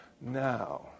now